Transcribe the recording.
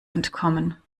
entkommen